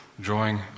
drawing